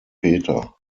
peter